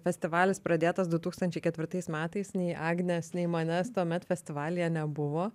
festivalis pradėtas du tūkstančiai ketvirtais metais nei agnės nei manęs tuomet festivalyje nebuvo